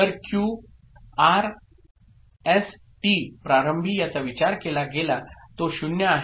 तर Q R S T प्रारंभी याचा विचार केला गेला तो 0 आहे